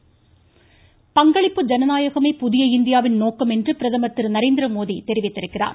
பிரதமர் பங்களிப்பு ஜனநாயகமே புதிய இந்தியாவின் நோக்கம் என்று பிரதமர் திரு நரேந்திர மோடி தெரிவித்திருக்கிறார்